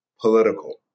political